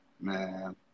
Man